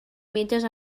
metges